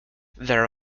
there